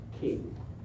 King